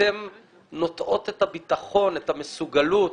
אתן נוטעות את הביטחון, את המסוגלות